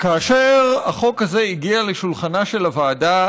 כאשר החוק הזה הגיע לשולחנה של הוועדה,